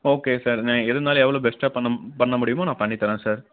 okay sir ந இருந்தாலும் எவ்வளோ பெஸ்ட்டா பண்ணும் பண்ண முடியுமோ நான் பண்ணி தர்றேன் சார்